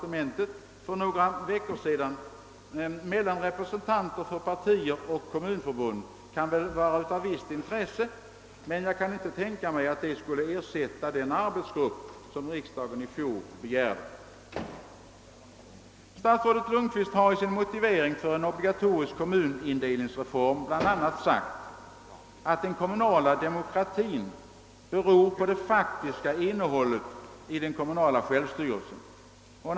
som statsrådet kallade till i departementet för några veckor sedan, kan väl vara av visst intresse, men jag har svårt att tänka mig att sådana samtal skulle kunna ersätta verksamheten inom der arbetsgrupp som riksdagen i fjol be gärde. Statsrådet Lundkvist har i sin motivering för en obligatorisk kommunindelningsreform bl.a. sagt att den kommunala demokratin beror på det faktiska innehållet i den kommunala självstyrelsen.